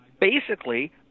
basically-